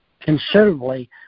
considerably